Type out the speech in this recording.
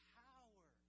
power